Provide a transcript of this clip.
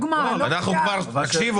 עמותות.